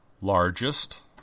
largest